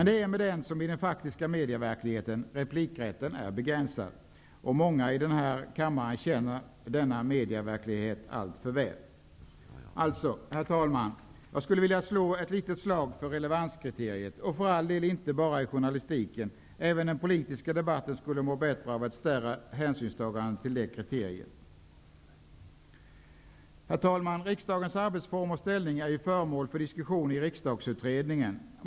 Det är med den som i den faktiska medieverkligheten: Replikrätten är begränsad. Många i denna kammare känner denna medieverklighet alltför väl. Herr talman! Jag skulle alltså vilja slå ett litet slag för relevanskriteriet, för all del inte bara i journalistiken -- även den politiska debatten skulle må bättre av att man tog större hänsyn till det kriteriet. Herr talman! Riksdagens arbetsformer och ställning är ju föremål för diskussion i riksdagsutredningen.